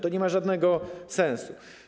To nie ma żadnego sensu.